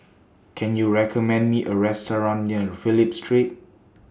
Can YOU recommend Me A Restaurant near Phillip Street